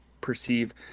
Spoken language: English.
perceive